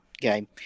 game